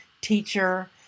teacher